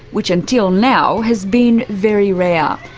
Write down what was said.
which until now has been very rare.